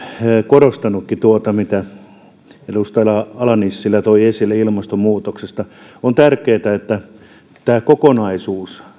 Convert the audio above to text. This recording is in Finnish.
korostanutkin tuota mitä edustaja ala nissilä toi esille ilmastonmuutoksesta on tärkeätä tämä kokonaisuus